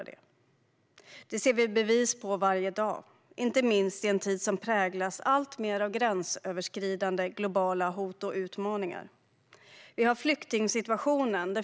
Detta ser vi bevis på varje dag, inte minst i en tid som präglas alltmer av gränsöverskridande, globala hot och utmaningar. En sådan utmaning är flyktingsituationen.